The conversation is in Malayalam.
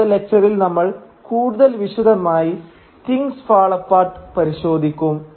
അടുത്ത ലെക്ച്ചറിൽ നമ്മൾ കൂടുതൽ വിശദമായി തിങ്സ് ഫാൾ അപ്പാർട്ട് പരിശോധിക്കും